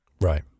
Right